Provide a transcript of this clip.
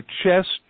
chest